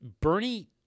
Bernie